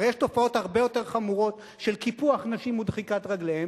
הרי יש תופעות הרבה יותר חמורות של קיפוח נשים ודחיקת רגליהן,